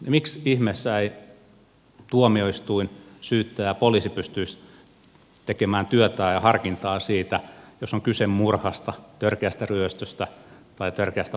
miksi ihmeessä ei tuomioistuin syyttäjä poliisi pystyisi tekemään työtään ja harkintaa siinä jos on kyse murhasta törkeästä ryöstöstä tai törkeästä pahoinpitelystä